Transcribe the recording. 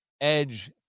edge